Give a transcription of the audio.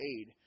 aid